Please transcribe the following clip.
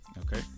okay